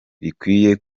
rikwiye